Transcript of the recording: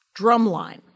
Drumline